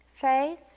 Faith